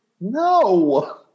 No